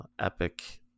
Epic